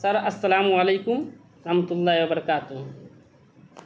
سر السلام علیکم رحمت اللہ وبرکاتہ